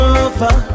over